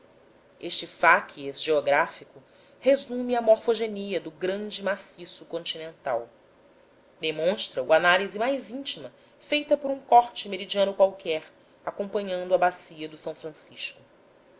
este facies geográfico resume a morfogenia do grande maciço continental demonstra o análise mais íntima feita por um corte meridiano qualquer acompanhando a bacia do s francisco